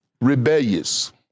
rebellious